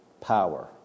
power